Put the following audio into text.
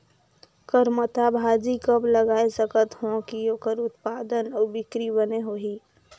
करमत्ता भाजी कब लगाय सकत हो कि ओकर उत्पादन अउ बिक्री बने होही?